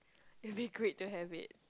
will be great to have it